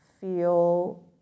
feel